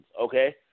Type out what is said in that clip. okay